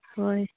ꯍꯣꯏ